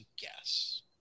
guess